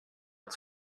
att